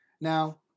Now